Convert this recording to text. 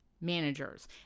managers